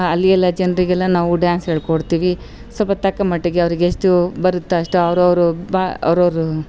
ಅಲ್ಲಿಯೆಲ್ಲ ಜನರಿಗೆಲ್ಲ ನಾವು ಡ್ಯಾನ್ಸ್ ಹೇಳಿಕೊಡ್ತಿವಿ ಸ್ವಲ್ಪ ತಕ್ಕಮಟ್ಟಿಗೆ ಅವರಿಗೆ ಎಷ್ಟು ಬರುತ್ತೆ ಅಷ್ಟು ಅವ್ರವರು ಬಾ ಅವ್ರವರು